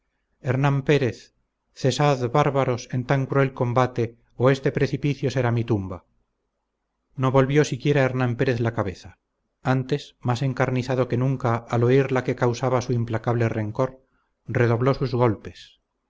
hernán pérez cesad bárbaros en tan cruel combate o este precipicio será mi tumba no volvió siquiera hernán pérez la cabeza antes más encarnizado que nunca al oír la que causaba su implacable rencor redobló sus golpes